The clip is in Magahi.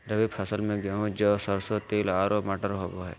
रबी फसल में गेहूं, जौ, सरसों, तिल आरो मटर होबा हइ